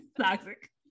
Toxic